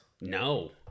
No